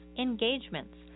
engagements